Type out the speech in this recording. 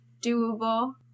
doable